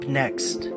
next